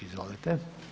Izvolite.